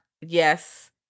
Yes